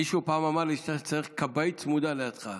מישהו פעם אמר לי שאתה צריך כבאית צמודה לידך.